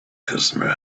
customer